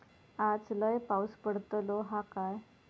आज लय पाऊस पडतलो हा काय?